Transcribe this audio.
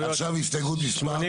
הצבעה בעד